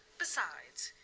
besides,